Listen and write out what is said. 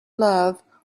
love